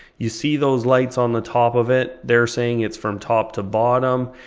you see those lights on the top of it. they're saying it's from top to bottom,